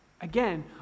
Again